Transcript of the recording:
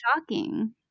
shocking